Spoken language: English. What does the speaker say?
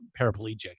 paraplegic